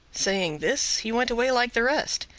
saying this he went away like the rest.